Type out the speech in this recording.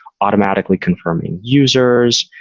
automatically confirming users,